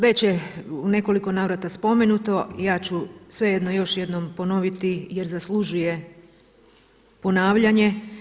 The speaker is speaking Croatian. Već je u nekoliko navrata spomenuto, ja ću svejedno još jednom ponoviti jer zaslužuje ponavljanje.